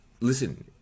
listen